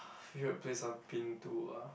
favourite place I've been to ah